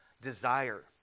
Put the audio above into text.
desire